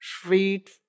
sweet